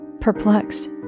Perplexed